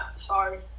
Sorry